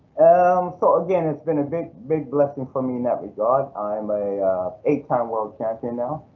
um so again, it's been a big big blessing for me in that regard. i'm a eight time world champion now.